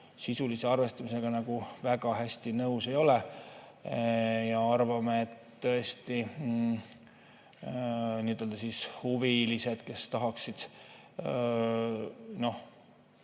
sisulise arvestamisega nagu väga hästi nõus ei ole. Me arvame, et tõesti huvilistel, kes tahaksid